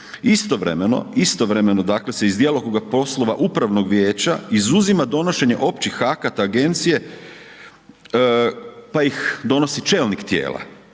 Istovremeno dakle se iz djelokruga poslova upravnog vijeća izuzima donošenje općih akata agencije pa ih donosi čelnik tijela.